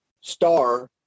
Star